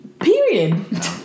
Period